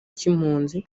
cy’impunzi